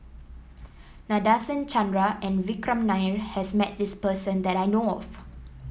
Nadasen Chandra and Vikram Nair has met this person that I know of